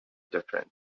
different